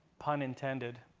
pun intended,